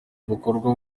bukorwa